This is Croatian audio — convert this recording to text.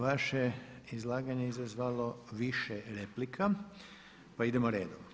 Vaše izlaganje je izazvalo više replika, pa idemo redom.